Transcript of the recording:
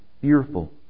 fearful